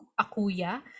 Akuya